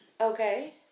Okay